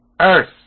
Earth